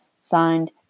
signed